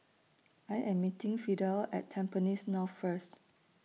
I Am meeting Fidel At Tampines North First